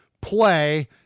play